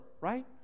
right